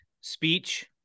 speech